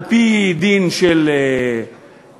על-פי דין של אלקין?